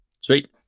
Sweet